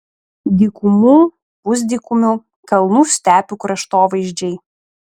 dykumų pusdykumių kalnų stepių kraštovaizdžiai